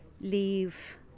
leave